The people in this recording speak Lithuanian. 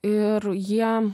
ir jie